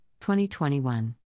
2021